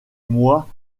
moi